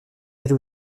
elles